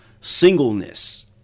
singleness